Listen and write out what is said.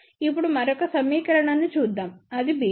ఇప్పుడు మరొక సమీకరణ చూద్దాం అది b1